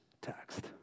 text